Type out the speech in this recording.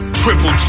Triple